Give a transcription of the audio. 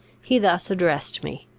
he thus addressed me